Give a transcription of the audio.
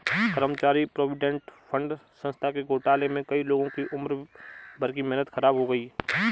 कर्मचारी provident fund संस्था के घोटाले में कई लोगों की उम्र भर की मेहनत ख़राब हो गयी